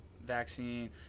vaccine